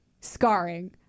scarring